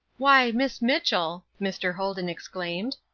why, miss mitchell! mr. holden exclaimed,